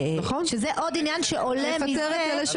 שזה עוד עניין שעולה מזה.